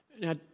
Now